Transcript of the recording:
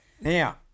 Now